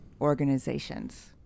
organizations